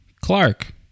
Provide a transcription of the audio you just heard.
Clark